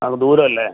ആ ദൂരം അല്ലേ